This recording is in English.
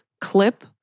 clip